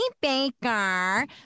Baker